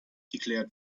declared